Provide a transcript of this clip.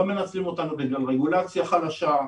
לא מנצלים אותנו בגלל רגולציה חלשה,